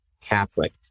Catholic